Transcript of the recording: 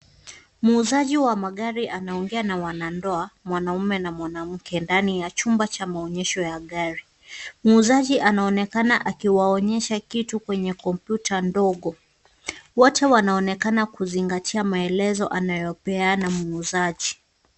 Muuzaji wa magari anaongea na wanandoa, mwanaume na mwanamke ndani ya chumba cha maonyesho ya gari. Muuzaji anaonekana akiwaonyesha kitu kwenye komputa ndogo. Wote wanaonekana kuzingatia maelezo anayopeana muuzaji.